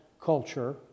culture